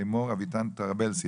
לימור אביטן טרבלסי.